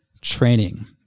training